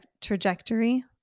trajectory